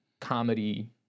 comedy